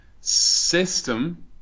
system